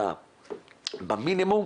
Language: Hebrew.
המינימום